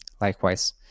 likewise